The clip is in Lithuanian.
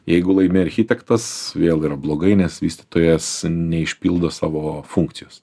jeigu laimi architektas vėl yra blogai nes vystytojas neišpildo savo funkcijos